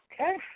Okay